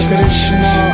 Krishna